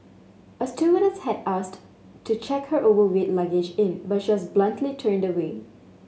a stewardess had asked to check her overweight luggage in but she was bluntly turned away